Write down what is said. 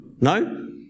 No